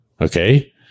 Okay